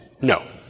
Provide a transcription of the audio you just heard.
No